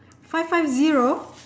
five five zero